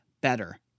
better